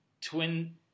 twin –